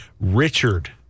Richard